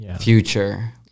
future